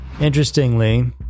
Interestingly